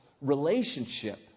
relationship